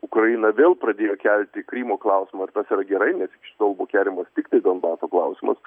ukraina vėl pradėjo kelti krymo klausimą ir tas yra gerai nes iki šiol buvo keliamas tiktai donbaso klausimas